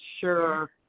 sure